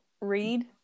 read